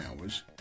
hours